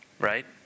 Right